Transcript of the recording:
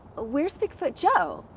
ah where's bigfoot joe?